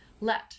Let